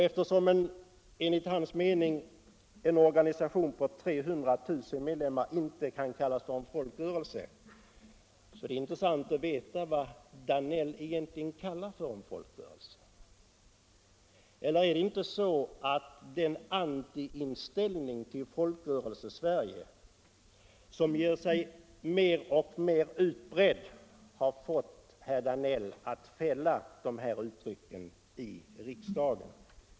Eftersom enligt hans mening en organisation med 300 000 medlemmar inte kan kallas en folkrörelse vore det intressant att veta vad herr Danell egentligen kallar en folkrörelse. Är det inte så att den antiinställning till Folkrörelsesverige som breder ut sig mer och mer har fått herr Danell att fälla de här yttrandena i riksdagen?